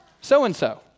so-and-so